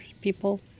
people